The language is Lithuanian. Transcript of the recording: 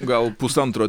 gal pusantro